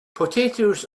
potatoes